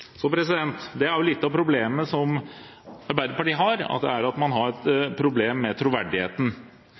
Så det er jo litt av problemet som Arbeiderpartiet har, at man har problem med troverdigheten.